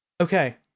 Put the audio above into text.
Okay